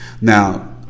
Now